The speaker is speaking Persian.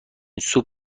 سوپ